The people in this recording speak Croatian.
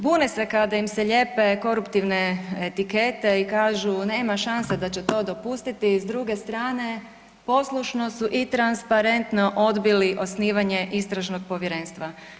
Bune se kada im se lijepe koruptivne etikete i kažu nema šanse da će to dopustiti, s druge strane poslušno su i transparentno odbili osnivanje Istražnog povjerenstva.